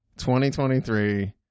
2023